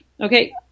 Okay